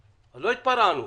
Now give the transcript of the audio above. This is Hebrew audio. אבל לא התפרענו,